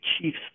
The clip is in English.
chief's